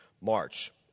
March